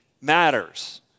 matters